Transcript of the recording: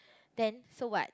then so what